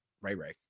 Ray-Ray